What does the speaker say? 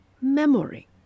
memory